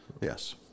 Yes